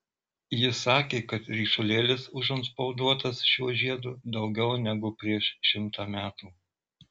jis sakė kad ryšulėlis užantspauduotas šiuo žiedu daugiau negu prieš šimtą metų